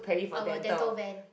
our dental van